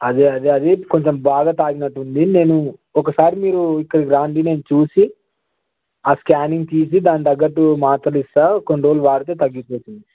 అదే అదే అది కొంచెం బాగా తాకినట్టు ఉంది నేను ఒకసారి మీరు ఇక్కడికి రండి నేను చూసి ఆ స్క్యానింగ్ తీసి దానితగ్గట్టు మాత్రలు ఇస్తా కొన్నిరోలు వాడితే తగ్గిపోతుంది